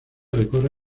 recorre